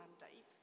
mandate